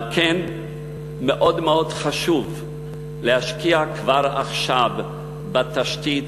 על כן מאוד חשוב להשקיע כבר עכשיו בתשתית